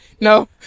no